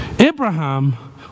Abraham